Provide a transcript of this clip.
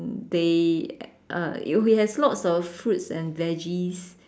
um they uh he has lots of fruits and veggies